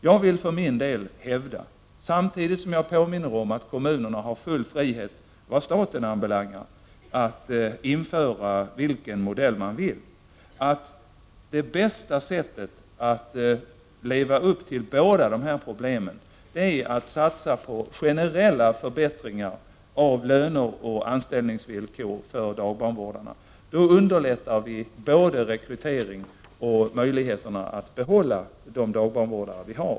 Jag vill hävda — samtidigt som jag påminner om att kommunerna har full frihet, vad staten anbelangar, att införa vilken modell de vill — att det bästa sättet att lösa båda dessa problem är att satsa på generella förbättringar av löner och anställningsvillkor för dagbarnvårdarna. Då underlättas både rekryteringen och möjligheterna att behålla dagbarnvårdarna.